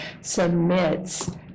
submits